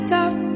up